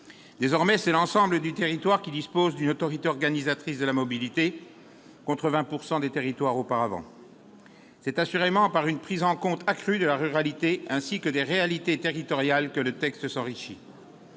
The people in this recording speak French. Désormais, l'ensemble des territoires disposent d'une autorité organisatrice de la mobilité, contre 20 % d'entre eux auparavant. C'est assurément par une prise en compte accrue de la ruralité ainsi que des réalités territoriales que le texte s'enrichit.